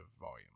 volume